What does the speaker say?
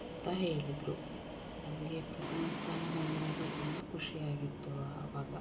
ಅಂತ ಹೇಳಿದರು ನನಗೆ ಪ್ರಥಮ ಸ್ಥಾನ ಬಂದಿರೋದು ತುಂಬ ಖುಷಿ ಆಗಿತ್ತು ಅವಾಗ